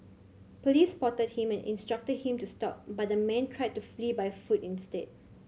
police spotted him and instructed him to stop but the man tried to flee by foot instead